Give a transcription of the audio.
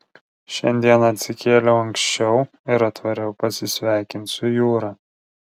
šiandien atsikėliau anksčiau ir atvariau pasisveikint su jūra